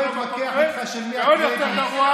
אני לא אתווכח איתך של מי הקרדיט.